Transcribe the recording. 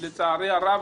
לצערי הרב,